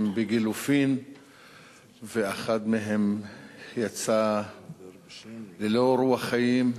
בגילופין ואחד מהם יצא ללא רוח חיים.